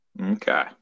Okay